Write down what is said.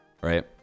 right